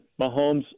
Mahomes